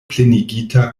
plenigita